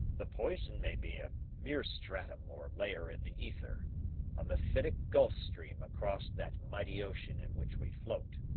the poison may be a mere stratum or layer in the ether a mephitic gulf stream across that mighty ocean in which we float.